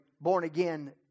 born-again